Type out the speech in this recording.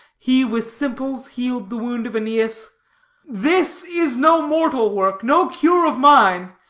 he with simples healed the wound of aeneas this is no mortal work, no cure of mine,